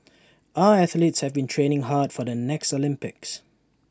our athletes have been training hard for the next Olympics